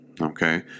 Okay